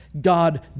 God